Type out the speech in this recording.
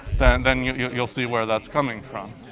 then then you'll you'll you'll see where that's coming from.